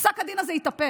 פסק הדין הזה התהפך.